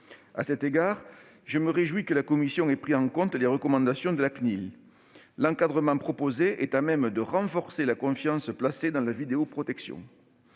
À cet égard, je me réjouis que la commission ait pris en compte les recommandations de la CNIL. L'encadrement proposé est à même de renforcer la confiance placée dans la vidéoprotection.